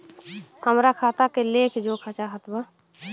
हमरा खाता के लेख जोखा चाहत बा?